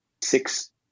six